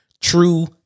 True